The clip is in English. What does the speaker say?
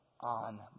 on